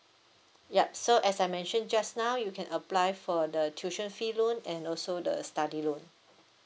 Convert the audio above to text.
yup so as I mention just now you can apply for the tuition fee loan and also the study loan